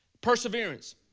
Perseverance